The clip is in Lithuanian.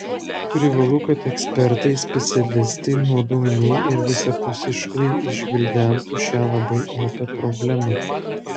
privalu kad ekspertai specialistai nuodugniai ir visapusiškai išgvildentų šią labai opią problemą